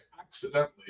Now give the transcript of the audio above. accidentally